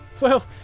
Well